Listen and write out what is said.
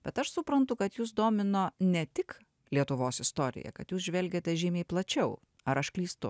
bet aš suprantu kad jus domino ne tik lietuvos istorija kad jūs žvelgėte žymiai plačiau ar aš klystu